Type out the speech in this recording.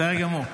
בסדר גמור.